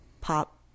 pop